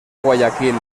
guayaquil